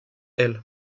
aile